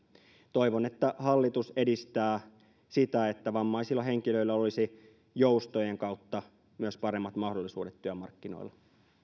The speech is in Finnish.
toivon että hallitus edistää sitä että vammaisilla henkilöillä olisi joustojen kautta myös paremmat mahdollisuudet työmarkkinoilla